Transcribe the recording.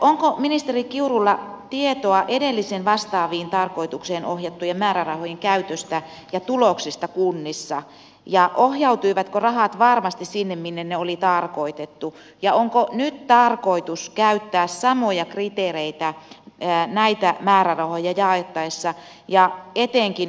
onko ministeri kiurulla tietoa edellisiin vastaaviin tarkoituksiin ohjattujen määrärahojen käytöstä ja tuloksista kunnissa ja ohjautuivatko rahat varmasti sinne minne ne oli tarkoitettu ja onko nyt tarkoitus käyttää samoja kriteereitä näitä määrärahoja jaettaessa ja etenkin